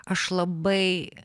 aš labai